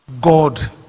God